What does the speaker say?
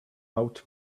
out